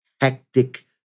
hectic